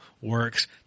works